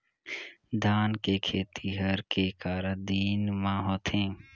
धान के खेती हर के करा दिन म होथे?